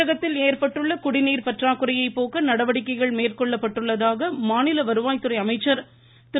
தமிழகத்தில் ஏற்பட்டுள்ள குடிநீர் பற்றாக்குறையை போக்க நடவடிக்கைகள் மேற்கொள்ளப்பட்டுள்ளதாக மாநில வருவாய்துறை அமைச்சர் திரு